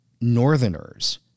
Northerners